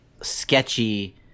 sketchy